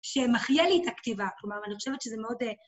שמחיה לי את הכתיבה, כלומר, אני חושבת שזה מאוד...